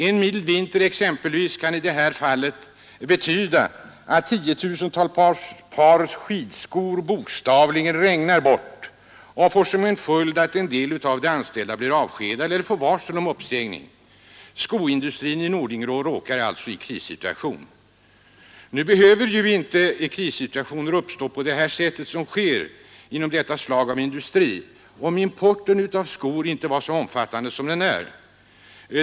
En mild vinter kan exempelvis betyda att tiotusentals par skidskor bokstavligen regnar bort. Det får som följd att en del av de anställda blir avskedade eller får varsel om uppsägning. Skoindustrin i Nordingrå råkar alltså in i en krissituation. Nu behövde inte sådana krissituationer uppstå, om importen av skor inte var så omfattande som den är.